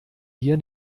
hier